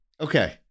Okay